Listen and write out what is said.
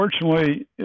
unfortunately